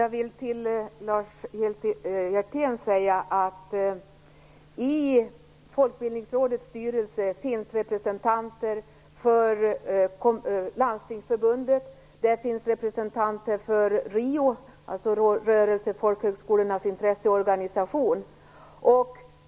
Fru talman! I Folkbildningsrådets styrelse finns representanter för Landstingsförbundet och RIO, dvs. Rörelsefolkhögskolornas intresseorganisation.